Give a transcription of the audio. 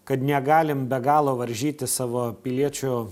kad negalim be galo varžyti savo piliečių